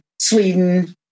Sweden